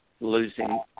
losing